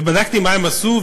בדקתי מה הם עשו,